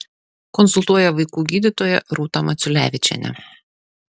konsultuoja vaikų gydytoja rūta maciulevičienė